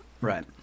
Right